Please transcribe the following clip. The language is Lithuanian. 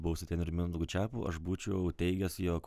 buvusiu treneriu mindaugu čepu aš būčiau teigęs jog